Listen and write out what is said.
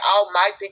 almighty